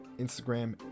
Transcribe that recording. Instagram